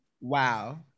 Wow